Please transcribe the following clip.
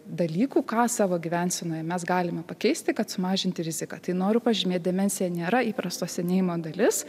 dalykų ką savo gyvensenoj mes galime pakeisti kad sumažinti riziką tai noriu pažymėt demencija nėra įprasta senėjimo dalis